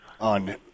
on